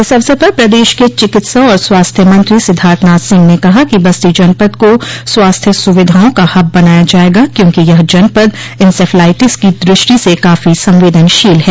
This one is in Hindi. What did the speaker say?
इस अवसर पर प्रदेश के चिकित्सा और स्वास्थ्य मंत्री सिद्धार्थनाथ सिंह ने कहा कि बस्ती जनपद को स्वास्थ्य सुविधाओं का हब बनाया जायेगा क्योंकि यह जनपद इंसेफ्लाइटिस की दृष्टि से काफी संवेदनशील है